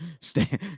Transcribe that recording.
stay